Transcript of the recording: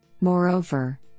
Moreover